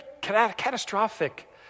catastrophic